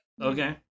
okay